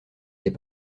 des